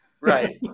right